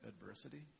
adversity